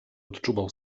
odczuwał